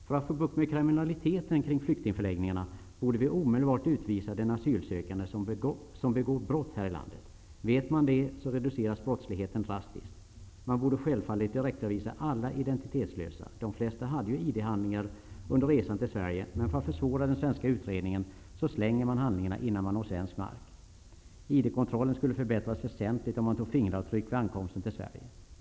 För att få bukt med kriminaliteten kring flyktingförläggningarna borde vi omedelbart utvisa de asylsökande som begår brott här i landet. Om de asylsökande vet detta reduceras brottsligheten drastiskt. Man borde självfallet direktavvisa alla identitetslösa. De flesta hade ju ID-handlingar under resan till Sverige, men för att försvåra den svenska utredningen slänger de handlingarna innan de når svensk mark. ID-kontrollen skulle förbättras väsentligt om man tog fingeravtryck av de asylsökande vid deras ankomst till Sverige.